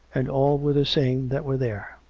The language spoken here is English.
and all were the same that were there.